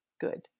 Good